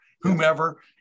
whomever